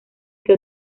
que